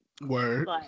Word